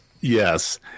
Yes